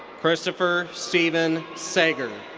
christopher steven sager.